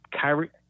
Kyrie